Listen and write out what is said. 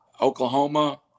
Oklahoma